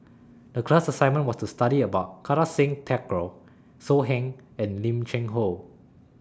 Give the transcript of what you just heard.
The class assignment was to study about Kartar Singh Thakral So Heng and Lim Cheng Hoe